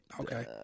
okay